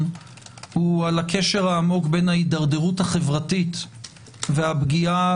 הוא על הקשר העמוק בין ההידרדרות החברתית והפגיעה